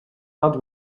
not